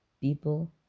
people